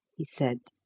he said.